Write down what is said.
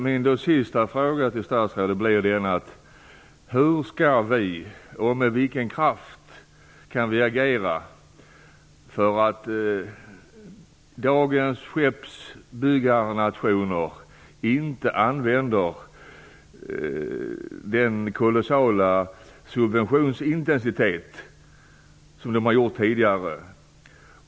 Min sista fråga till statsrådet blir då denna: Hur skall vi och med vilken kraft kan vi agera för att dagens skeppsbyggarnationer inte skall ägna sig åt samma kolossala subventionsintensitet som tidigare?